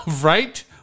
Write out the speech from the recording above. Right